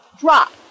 drop